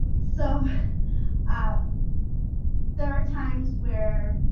so um there are times where